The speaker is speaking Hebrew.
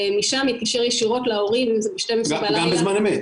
משם מתקשר ישירות להורים גם בזמן אמת